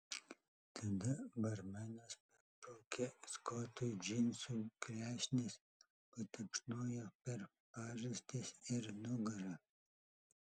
tada barmenas perbraukė skotui džinsų klešnes patapšnojo per pažastis ir nugarą